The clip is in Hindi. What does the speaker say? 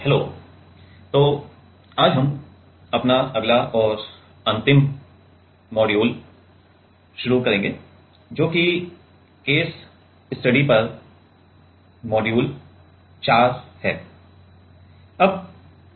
हैलो तो आज हम अपना अगला और अंतिम मॉड्यूल शुरू करेंगे जो कि केस स्टडी पर मॉड्यूल 4 है